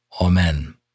Amen